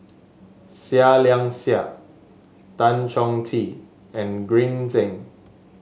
Seah Liang Seah Tan Chong Tee and Green Zeng